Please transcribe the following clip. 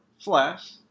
Flash